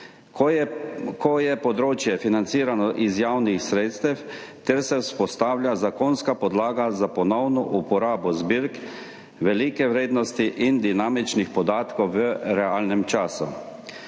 ko je področje financirano iz javnih sredstev ter se vzpostavlja zakonska podlaga za ponovno uporabo zbirk velike vrednosti in dinamičnih podatkov v realnem času.